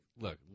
look